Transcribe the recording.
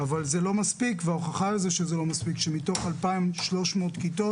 אבל זה לא מספיק וההוכחה על זה שזה לא מספיק שמתוך 2,300 כיתות